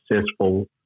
successful